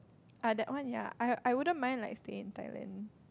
eh that one ya I I wouldn't mind like staying in Thailand